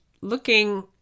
looking